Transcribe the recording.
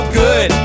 good